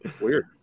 Weird